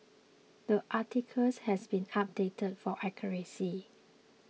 the articles has been updated for accuracy